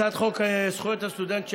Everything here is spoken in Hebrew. הצעת חוק זכויות הסטודנט,